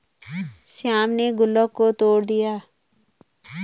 श्याम ने गुल्लक तोड़ दिया